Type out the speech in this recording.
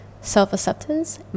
self-acceptance